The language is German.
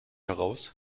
heraus